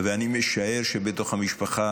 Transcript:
ואני משער שבתוך המשפחה